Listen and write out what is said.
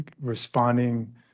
responding